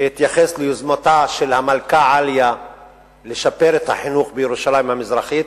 שהתייחס ליוזמתה של המלכה עאליה לשפר את החינוך בירושלים המזרחית,